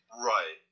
Right